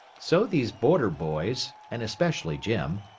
so these border boys, and especially jim,